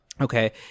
Okay